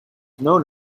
known